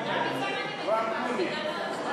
מי אומר את זה?